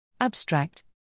Abstract